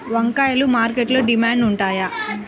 వంకాయలు మార్కెట్లో డిమాండ్ ఉంటాయా?